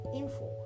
info